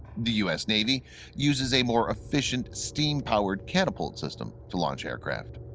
the u s. navy uses a more efficient steam-powered catapult system to launch aircraft.